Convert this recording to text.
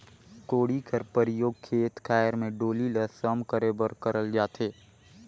कोड़ी कर परियोग खेत खाएर मे डोली ल सम करे बर करल जाथे